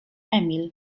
emil